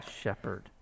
shepherd